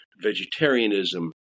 vegetarianism